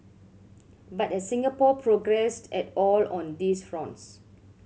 but has Singapore progressed at all on these fronts